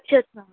अच्छा अच्छा